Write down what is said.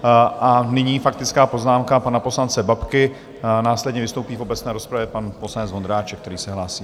A nyní faktická poznámka pana poslance Babky, následně vystoupí v obecné rozpravě pan poslanec Vondráček, který se hlásí.